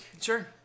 Sure